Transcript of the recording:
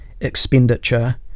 Expenditure